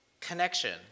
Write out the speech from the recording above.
connection